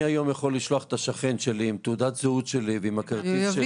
אני היום יכול לשלוח את השכן שלי עם תעודת זהות שלי ועם הכרטיס,